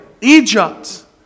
Egypt